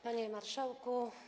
Panie Marszałku!